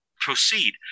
proceed